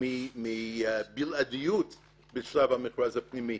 מבלעדיות בשלב המכרז הפנימי